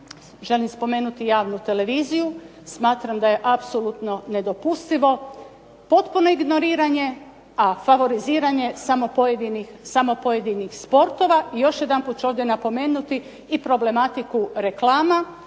želim spomenuti javnu televiziju. Smatram da je apsolutno nedopustivo potpuno ignoriranje, a favoriziranje samo pojedinih sportova. I još jedanput ću ovdje napomenuti i problematiku reklama